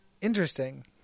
Interesting